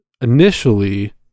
initially